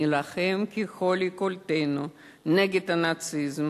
נילחם ככל יכולתנו נגד הנאציזם,